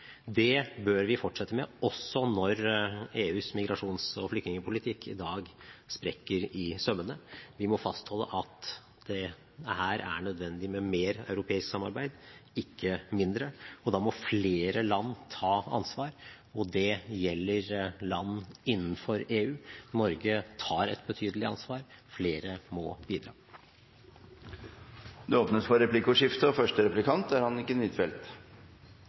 Det bør vi fortsette med, også når EUs migrasjons- og flyktningpolitikk i dag sprekker i sømmene. Vi må fastholde at det her er nødvendig med mer europeisk samarbeid, ikke mindre, og da må flere land ta ansvar, og det gjelder land innenfor EU. Norge tar et betydelig ansvar. Flere må bidra. Det blir replikkordskifte.